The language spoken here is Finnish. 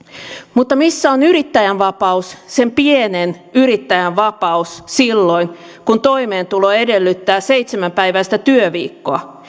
mutta missä on yrittäjän vapaus sen pienen yrittäjän vapaus silloin kun toimeentulo edellyttää seitsemänpäiväistä työviikkoa